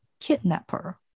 kidnapper